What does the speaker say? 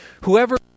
Whoever